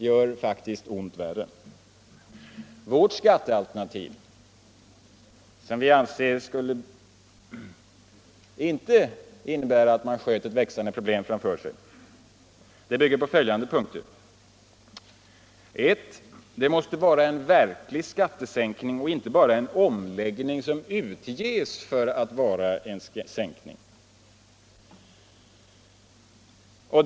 Moderata samlingspartiets skattealternativ, som vi anser skulle innebära att man inte sköt ett växande problem framför sig, bygger på följande punkter: 1. Det måste vara fråga om en verklig skattesänkning och inte bara en omläggning som utges för att vara en sänkning. 2.